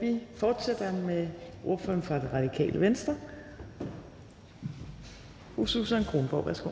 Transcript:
vi fortsætter med ordføreren for Det Radikale Venstre. Fru Susan Kronborg, værsgo.